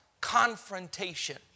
Confrontation